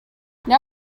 now